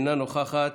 אינם נוכחים,